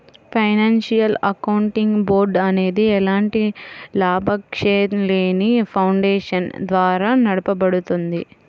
financial accounting board అనేది ఎలాంటి లాభాపేక్షలేని ఫౌండేషన్ ద్వారా నడపబడుద్ది